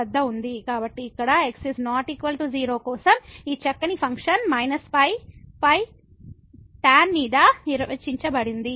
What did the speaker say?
కాబట్టి ఇక్కడ x ≠ 0 కోసం ఈ చక్కని ఫంక్షన్ π π tan మీద నిర్వచించబడింది